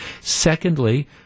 Secondly